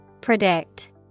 Predict